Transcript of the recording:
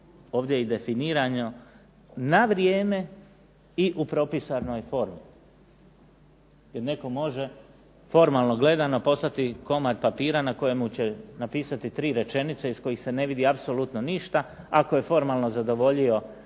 ovdje i definirano na vrijeme i u propisanoj formi. Jer netko može formalno gledano poslati komad papira na kojemu će napisati tri rečenice iz kojih se ne vidi apsolutno ništa, ako je formalno zadovoljio svoju